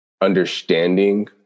understanding